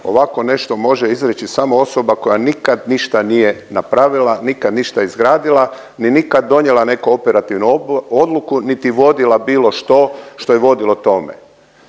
Ovako nešto može izreći samo osoba koja nikad ništa nije napravila, nikad ništa izgradila ni nikad donijela neko operativno odluku niti vodila bilo što što je vodilo tome